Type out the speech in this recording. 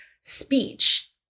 speech